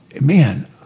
Man